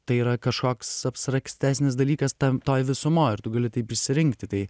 tai yra kažkoks abstraktesnis dalykas tam toj visumoj ir tu gali taip išsirinkti tai